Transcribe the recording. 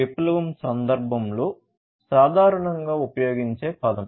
0 విప్లవం సందర్భంలో సాధారణంగా ఉపయోగించే పదం